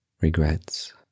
regrets